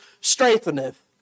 strengtheneth